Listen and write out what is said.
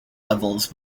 levels